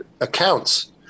accounts